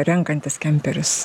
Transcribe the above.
renkantis kemperius